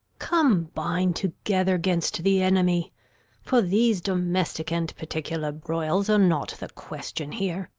combine together gainst the enemy for these domestic and particular broils are not the question here.